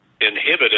inhibited